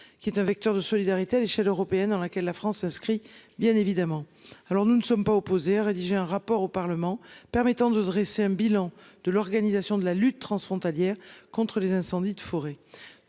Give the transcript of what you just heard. qui est un vecteur de solidarité à l'échelle européenne dans laquelle la France s'inscrit. Bien évidemment. Alors nous ne sommes pas opposés à rédiger un rapport au Parlement permettant de dresser un bilan de l'organisation de la lutte transfrontalière contre les incendies de forêt.